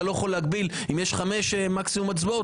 אתה לא יכול להגביל אם יש חמש מקסימום הצבעות,